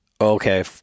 okay